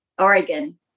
Oregon